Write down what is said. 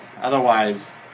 Otherwise